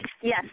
Yes